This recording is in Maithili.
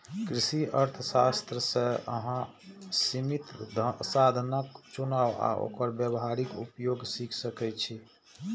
कृषि अर्थशास्त्र सं अहां सीमित साधनक चुनाव आ ओकर व्यावहारिक उपयोग सीख सकै छी